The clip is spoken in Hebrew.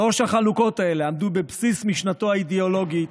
שלוש החלוקות האלה עמדו בבסיס משנתו האידיאולוגית.